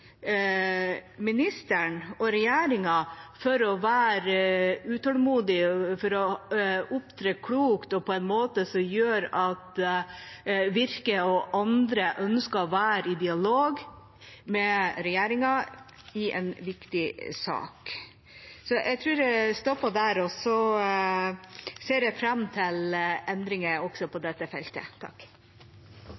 ministeren og regjeringen for å være utålmodige og opptre klokt og på en måte som gjør at Virke og andre ønsker å være i dialog med regjeringen i en viktig sak. Jeg tror jeg stopper der, og jeg ser fram til endringer på dette feltet. Jeg føler nesten jeg må beklage til